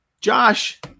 Josh